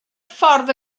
ffordd